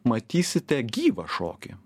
matysite gyvą šokį